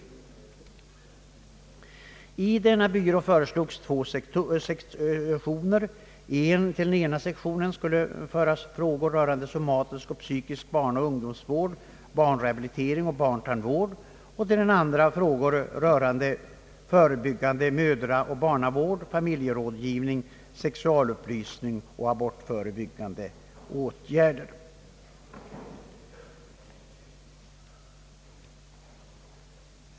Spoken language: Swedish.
I denna byrå föreslås två sektioner. Till den ena sektionen skulle föras frågor rörande somatisk och psykisk barnaoch ungdomsvård, barnrehabilitering och barntandvård och till den andra frågor rörande förebyggande mödraoch barnavård, familjerådgivning, sexualupplysning och abortförebyggande åtgärder.